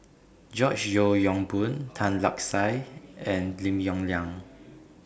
George Yeo Yong Boon Tan Lark Sye and Lim Yong Liang